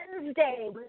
Wednesday